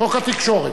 חוק התקשורת.